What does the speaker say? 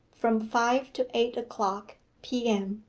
from five to eight o'clock p m.